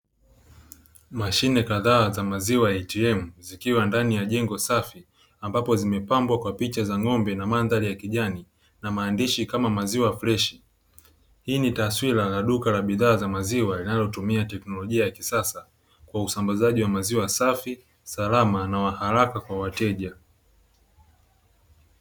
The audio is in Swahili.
Mashine kadhaa za mashine ya ATM, zikiwa ndani ya jengo safi ambapo zimepambwa kwa picha za ng'ombe na mandhari ya kijani na maandishi kama maziwa freshi. Hii ni taswira ya duka la bidhaa za maziwa, linalotumia teknolojia ya kisasa kwa usambazaji wa maziwa safi, salama na wa haraka kwa wateja.